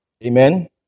Amen